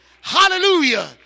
Hallelujah